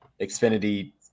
Xfinity